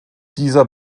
dieser